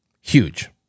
Huge